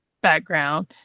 background